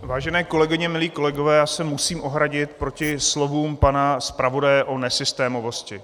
Vážené kolegyně, milí kolegové, já se musím ohradit proti slovům pana zpravodaje o nesystémovosti.